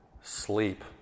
sleep